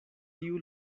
tiu